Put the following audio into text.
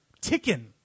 Ticking